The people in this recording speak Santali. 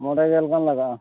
ᱢᱚᱬᱮ ᱜᱮᱞ ᱜᱟᱱ ᱞᱟᱜᱟᱜᱼᱟ